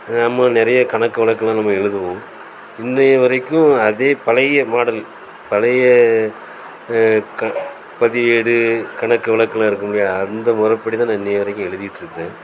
நம்ம நிறைய கணக்குவழக்குலாம் நம்ம எழுதுவோம் இன்றைய வரைக்கும் அதே பழைய மாடல் பழைய க பதிவேடு கணக்குவழக்குலாம் இருக்கும் இல்லையா அந்த முறப்படி தான் நான் இன்றைய வரைக்கும் எழுதிட்டு இருக்கிறன்